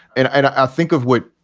and i think of what,